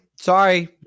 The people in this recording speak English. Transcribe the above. Sorry